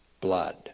blood